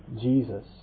Jesus